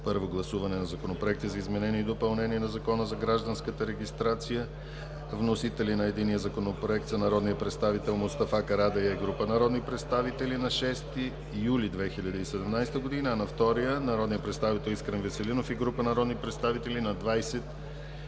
Първо гласуване на законопроекти за изменение и допълнение на Закона за гражданската регистрация. Вносители: народният представител Мустафа Карадайъ и група народни представители на 6 юли 2017 г. на единия Законопроект, а на втория – народният представител Искрен Веселинов и група народни представители на 26